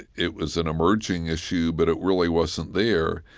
it it was an emerging issue, but it really wasn't there.